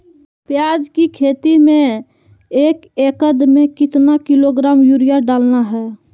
प्याज की खेती में एक एकद में कितना किलोग्राम यूरिया डालना है?